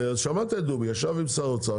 ושמעת את דובי, ישב עם שר האוצר.